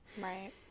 Right